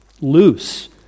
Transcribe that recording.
loose